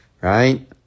right